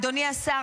אדוני השר,